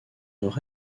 nord